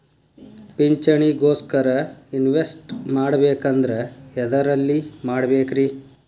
ಪಿಂಚಣಿ ಗೋಸ್ಕರ ಇನ್ವೆಸ್ಟ್ ಮಾಡಬೇಕಂದ್ರ ಎದರಲ್ಲಿ ಮಾಡ್ಬೇಕ್ರಿ?